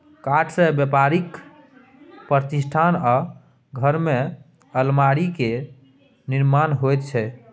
काठसँ बेपारिक प्रतिष्ठान आ घरमे अलमीरा केर निर्माण होइत छै